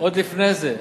עוד לפני זה.